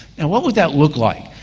and what would that look like,